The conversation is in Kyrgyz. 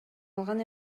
алган